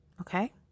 okay